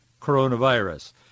coronavirus